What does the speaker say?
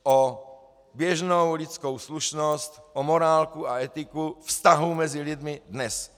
O běžnou lidskou slušnost, o morálku a etiku vztahů mezi lidmi dnes.